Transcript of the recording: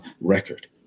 record